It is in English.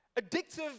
addictive